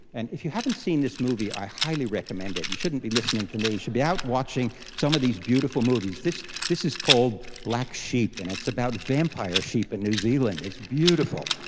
and if you haven't seen this movie, i highly recommend it, you shouldn't be listening to me, you should be out watching some of these beautiful movies. this this is called black sheep, and it's about vampire sheep in and new zealand, it's beautiful,